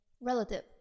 relative